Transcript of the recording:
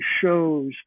shows